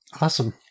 awesome